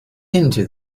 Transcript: into